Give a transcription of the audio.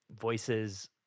voices